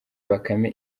bakame